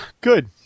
good